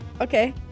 Okay